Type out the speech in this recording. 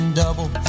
double